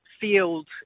field